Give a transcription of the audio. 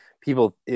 People